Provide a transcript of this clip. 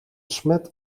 smet